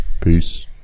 peace